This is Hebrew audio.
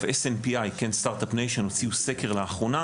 ב- SNPI-Start-Up Nationהוציאו סקר לאחרונה